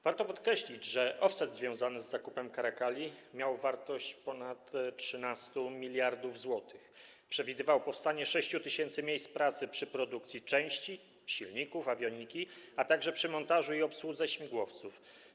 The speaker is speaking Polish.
Warto podkreślić, że offset związany z zakupem caracali miał wartość ponad 13 mld zł, przewidywał powstanie 6 tys. miejsc pracy przy produkcji części, silników, awioniki, a także przy montażu i obsłudze śmigłowców.